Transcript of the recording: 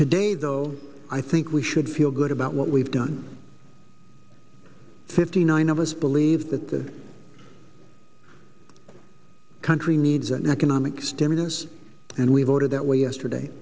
today though i think we should feel good about what we've done fifty nine of us believe that the country needs going on the stimulus and we voted that way yesterday